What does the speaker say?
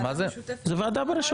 זאת ועדה ברשותך.